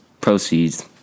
proceeds